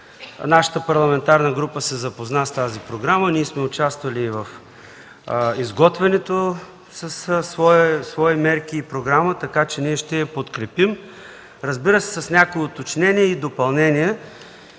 Нашата парламентарна група се запозна с тази програма – участвали сме в изготвянето й със свои мерки, така че ние ще я подкрепим, разбира се, с някои уточнения и допълнения,